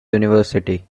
university